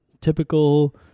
typical